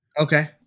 Okay